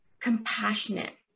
compassionate